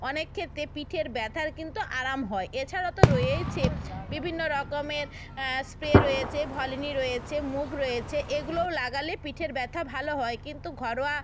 অনেক ক্ষেত্রে পিঠের ব্যথার কিন্তু আরাম হয় এছাড়া তো রয়েইছে বিভিন্ন রকমের স্প্রে রয়েছে ভলিনি রয়েছে মুভ রয়েছে এইগুলোও লাগালে পিঠের ব্যথা ভালো হয় কিন্তু ঘরোয়া